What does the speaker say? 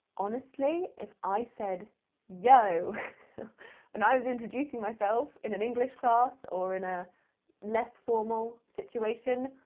honestly, if i said yo when i was introducing myself in an english class or in a less formal situation,